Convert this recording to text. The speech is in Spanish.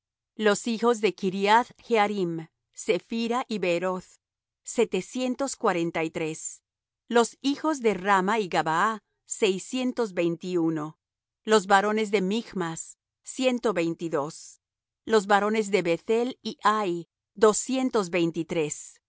los hijos de chriath jearim cephira y beeroth setecientos cuarenta y tres los hijos de rama y gabaa seiscientos veinte y uno los varones de michmas ciento veinte y dos los varones de beth-el y hai doscientos